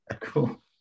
cool